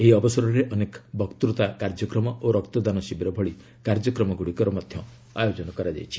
ଏହି ଅବସରରେ ଅନେକ ବକ୍ତତା କାର୍ଯ୍ୟକ୍ରମ ଓ ରକ୍ତଦାନ ଶିବିର ଭଳି କାର୍ଯ୍ୟକ୍ରମ ଗୁଡ଼ିକର ଆୟୋଜନ କରାଯାଇଛି